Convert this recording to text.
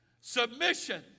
submission